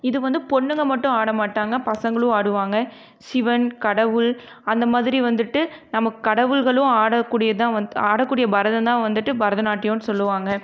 இது வந்து பொண்ணுங்க மட்டும் ஆடமாட்டாங்க பசங்களும் ஆடுவாங்க சிவன் கடவுள் அந்தமாதிரி வந்துட்டு நம் கடவுள்களும் ஆடக் கூடியது தான் வந்து ஆடக் கூடிய பரதம் தான் வந்துட்டு பரதநாட்டியம்னு சொல்லுவாங்க